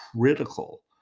critical